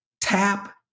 tap